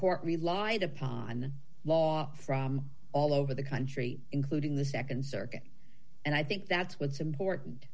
court relied upon law from all over the country including the nd circuit and i think that's what's important